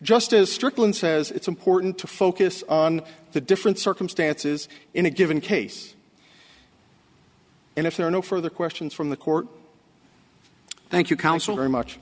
as strickland says it's important to focus on the different circumstances in a given case and if there are no further questions from the court thank you council very much